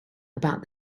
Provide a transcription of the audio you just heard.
about